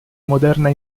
moderna